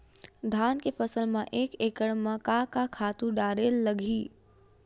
धान के फसल म एक एकड़ म का का खातु डारेल लगही?